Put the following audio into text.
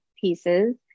pieces